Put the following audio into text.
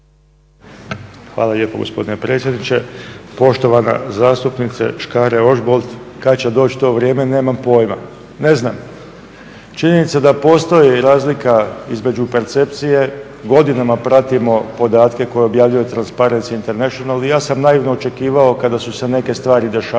Hvala lijepo gospodine predsjedniče. Poštovan zastupnice Škare-Ožbolt, kada će doći to vrijeme nemam pojma, ne znam. Činjenica da postoji razlika između percepcije, godinama pratimo podatke koje objavljuje Transparency International i ja sam naivno očekivao kada su se neke stvari dešavale